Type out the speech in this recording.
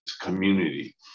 community